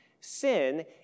Sin